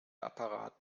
apparat